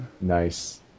Nice